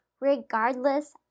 regardless